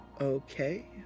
Okay